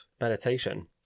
meditation